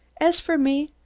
as for me,